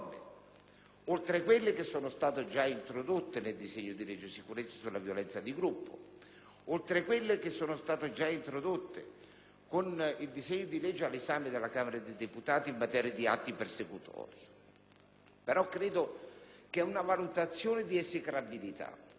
oltre a quelle che sono state già introdotte nel cosiddetto disegno di legge sicurezza sulla violenza di gruppo, oltre a quelle che sono state già introdotte con il disegno di legge all'esame della Camera dei deputati in materia di atti persecutori. Penso che una valutazione di esecrabilità